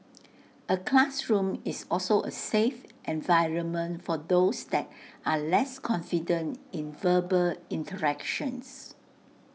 A classroom is also A 'safe' environment for those that are less confident in verbal interactions